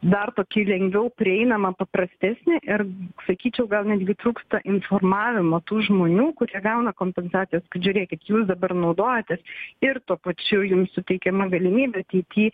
dar tokį lengviau prieinamą paprastesnį ir sakyčiau gal netgi trūksta informavimo tų žmonių kurie gauna kompensacijas žiūrėkit jūs dabar naudojatės ir tuo pačiu jums suteikiama galimybė ateity